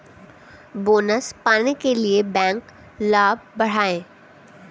bonus पाने के लिए बैंक लाभ बढ़ाएं